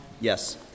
yes